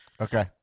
Okay